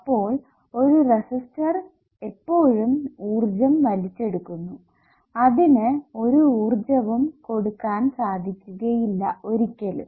അപ്പോൾ ഒരു റെസിസ്റ്റർ എപ്പോഴും ഊർജ്ജം വലിച്ചെടുക്കുന്നു അതിനു ഒരു ഊർജ്ജവും കൊടുക്കാൻ സാധിക്കുകയില്ല ഒരിക്കലും